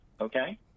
Okay